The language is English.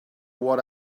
what